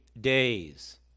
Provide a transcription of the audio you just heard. days